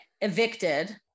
evicted